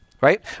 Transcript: right